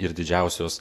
ir didžiausios